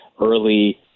early